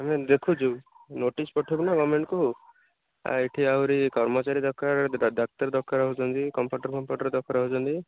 ଆମେ ଦେଖୁଛୁ ନୋଟିସ୍ ପଠେଇବୁ ନା ଗଭ୍ମେଣ୍ଟକୁ ଆଉ ଏଠି ଆହୁରି କର୍ମଚାରୀ ଦରକାର ଡ଼ାକ୍ତର ଦରକାର ହେଉଛନ୍ତି ଦରକାର ହେଉଛନ୍ତି